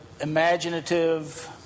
imaginative